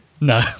no